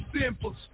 simple